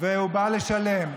והוא בא לשלם.